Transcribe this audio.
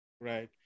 Right